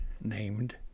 named